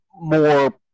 more –